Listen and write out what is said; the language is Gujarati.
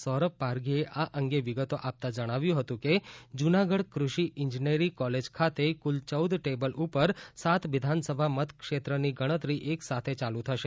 સૌરભ પારઘી એ આ અંગે વિગતો આપતા જણાવ્યું હતું કે જૂનાગઢ કૃષિ ઇજનેરી કોલેજ ખાતે કુલ ચૌદ ટેબલ ઉપર સાત વિધાન સભા મતક્ષેત્ર ની ગણતરી એક સાથે ચાલુ થશે